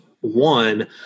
One